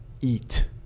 eat